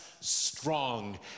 strong